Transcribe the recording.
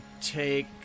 take